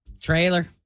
Trailer